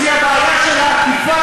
אפשר לדאוג למקומות שבהם צריך להתעקש